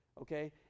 okay